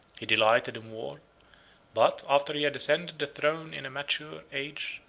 he delighted in war but, after he had ascended the throne in a mature age,